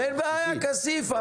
אין בעיה כסיף,